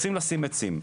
רוצים לשים עצים.